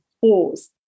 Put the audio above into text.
pause